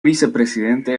vicepresidente